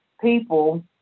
people